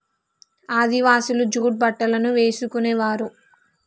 ఆదివాసులు జూట్ బట్టలను వేసుకునేవారు